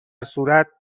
صورت